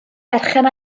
berchen